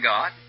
God